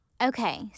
Okay